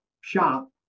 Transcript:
shop